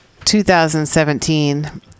2017